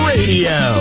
Radio